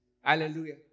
Hallelujah